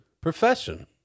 profession